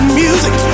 music